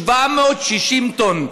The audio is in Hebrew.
760 טון.